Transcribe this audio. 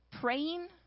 praying